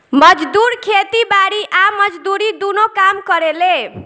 मजदूर खेती बारी आ मजदूरी दुनो काम करेले